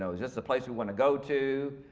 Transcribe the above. so just the place we want to go to.